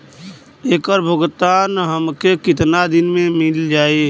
ऐकर भुगतान हमके कितना दिन में मील जाई?